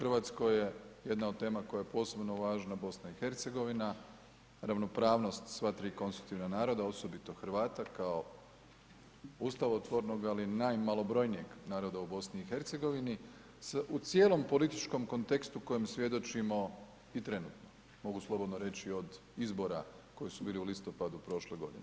RH je jedna od tema koja je posebno važna BiH, ravnopravnost sva tri konstitutivna naroda, osobito Hrvata kao ustavotvornog, ali najmalobrojnijeg naroda u BiH, u cijelom političkom kontekstu kojem svjedočimo i trenutno, mogu slobodno reći od izbora koji su bili u listopadu prošle godine.